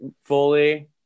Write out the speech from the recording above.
fully